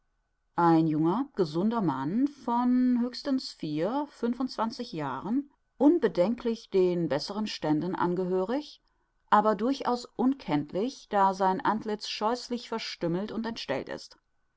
ein junger gesunder mann von höchstens vier fünfundzwanzig jahren unbedenklich den besseren ständen angehörig aber durchaus unkenntlich da sein antlitz scheußlich verstümmelt und entstellt ist